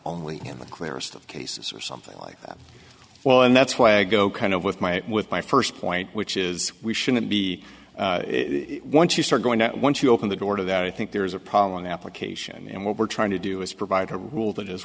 of cases or something like that well and that's why i go kind of with my with my first point which is we shouldn't be it once you start going at once you open the door to that i think there's a problem the application and what we're trying to do is provide a rule